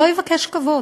שלא יבקש כבוד,